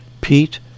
Pete